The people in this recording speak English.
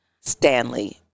Stanley